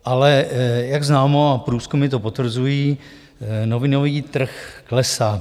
Ale jak známo, a průzkumy to potvrzují, novinový trh klesá.